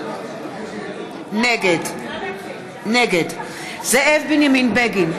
נגד זאב בנימין בגין,